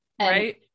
right